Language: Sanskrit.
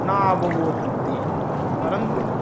ना अवबोधयन्ति परन्तु